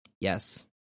yes